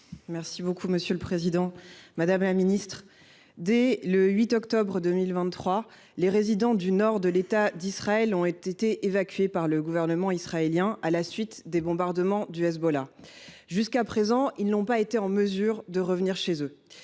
des Français de l’étranger. Madame la ministre, dès le 8 octobre 2023, les résidents du nord de l’État d’Israël ont été évacués par le gouvernement israélien, à la suite des bombardements du Hezbollah. Jusqu’à présent, ils n’ont pas été en mesure de revenir chez eux.